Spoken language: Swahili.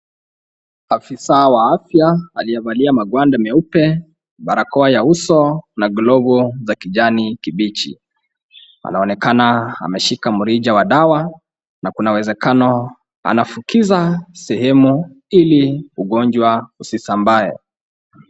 Afisa wa afya aliyevalia magwanda meupe, barakoa ya uso na glovu za kijani kibichi anaonekana ameshika mrija wa dawa na kuna uwezekano anafukiza sehemu ili ugonjwa usisambae.